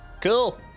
Cool